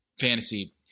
fantasy